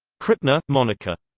krippner, monica.